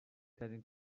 ترین